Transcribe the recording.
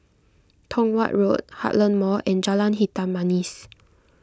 Tong Watt Road Heartland Mall and Jalan Hitam Manis